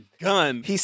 gun